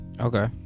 okay